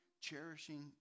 cherishing